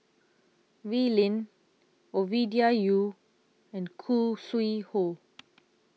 Wee Lin Ovidia Yu and Khoo Sui Hoe